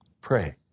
Pray